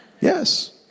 Yes